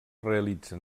realitzen